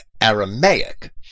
Aramaic